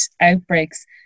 outbreaks